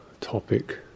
topic